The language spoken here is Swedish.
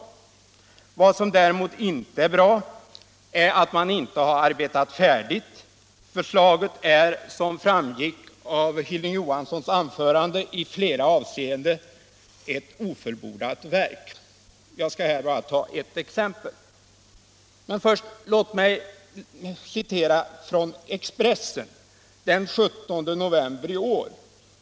Vad som däremot inte är bra är att man inte har arbetat färdigt. Förslaget är, som framgick av Hilding Johanssons anförande, i flera avseenden ett ofullbordat verk. Jag skall här bara ta ett exempel. Men låt mig först citera ur Expressen den 17 november i år.